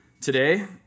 today